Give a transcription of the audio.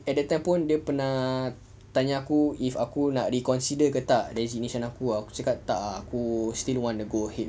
at that time pun pernah tanya aku if aku nak reconsider ke tak resignation aku aku cakap tak ah aku still want to go ahead